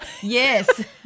Yes